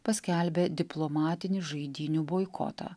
paskelbė diplomatinį žaidynių boikotą